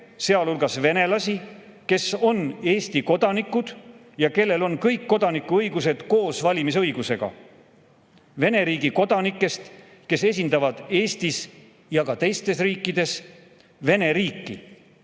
sealhulgas neid venelasi, kes on Eesti kodanikud ja kellel on kõik kodanikuõigused koos valimisõigusega, Vene riigi kodanikest, kes esindavad Eestis ja ka teistes riikides Vene riiki.